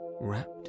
wrapped